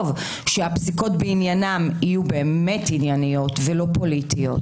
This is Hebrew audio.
שהפסיקות בעניינם יהיו באמת ענייניות ולא פוליטיות.